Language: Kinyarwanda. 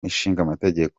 ishingamategeko